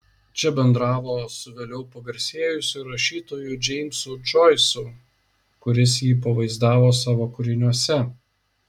čia bendravo su vėliau pagarsėjusiu rašytoju džeimsu džoisu kuris jį pavaizdavo savo kūriniuose